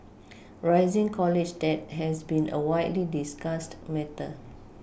rising college debt has been a widely discussed matter